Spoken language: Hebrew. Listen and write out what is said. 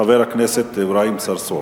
חבר הכנסת אברהים צרצור.